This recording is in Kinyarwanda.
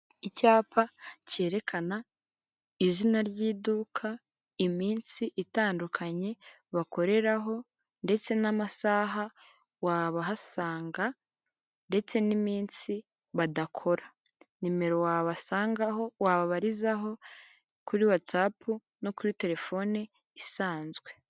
Icyapa cyerekana izina ry'iduka iminsi itandukanye bakoreraho ndetse n'amasaha wabahasanga ndetse n'iminsi badakora, nimero wabasangaho wabarizaho kuri watsapu no kuri telefoni isanzwe.